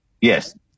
Yes